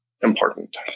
important